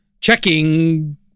Checking